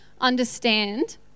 understand